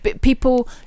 People